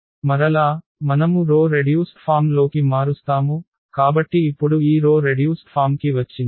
మరలా మనము row reduced form లోకి మారుస్తాము కాబట్టి ఇప్పుడు ఈ రో రెడ్యూస్డ్ ఫామ్ కి వచ్చింది